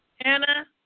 Anna